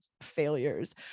failures